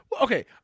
Okay